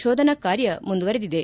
ಶೋಧನಾ ಕಾರ್ಯ ಮುಂದುವರೆದಿದೆ